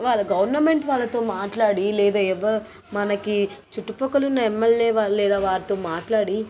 వాళ్ళ గవర్నమెంట్ వాళ్లతో మాట్లాడి లేదా ఎవ మనకి చుట్టుపక్కల ఉన్న ఎంఎల్ఏ వారు లేదా వారితో మాట్లాడి